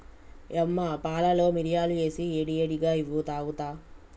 యమ్మ పాలలో మిరియాలు ఏసి ఏడి ఏడిగా ఇవ్వు తాగుత